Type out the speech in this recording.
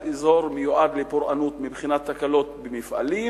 על אזור מועד לפורענות מבחינת תקלות במפעלים